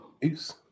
Peace